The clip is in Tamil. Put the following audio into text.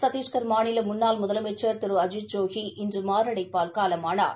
சத்திஷ்கர் மாநிலத்தின் முன்னாள் முதலமைச்ச் திரு அஜித்ஜோகி இன்று மாரடைப்பால் காலமானார்